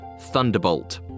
Thunderbolt